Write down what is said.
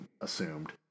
assumed